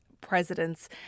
Presidents